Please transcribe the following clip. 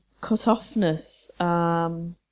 cut-offness